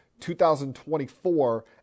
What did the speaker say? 2024